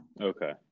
Okay